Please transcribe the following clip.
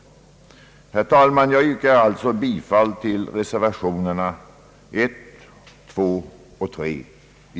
Herr talman! Jag yrkar alltså bifall till reservationerna I, II och III.